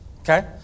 okay